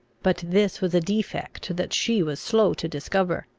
but this was a defect that she was slow to discover.